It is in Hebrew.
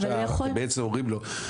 עכשיו אתם בעצם אומרים לו,